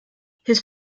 his